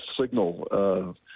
signal